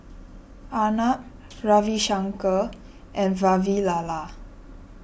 Arnab Ravi Shankar and Vavilala